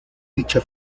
dicha